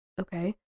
Okay